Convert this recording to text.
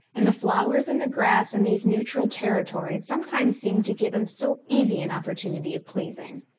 and the flowers and the grass in these neutral territories sometimes seem to give him so easy an opportunity of pleasing!